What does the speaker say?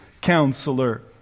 counselor